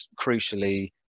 crucially